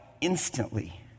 instantly